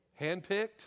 Handpicked